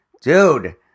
dude